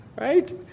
Right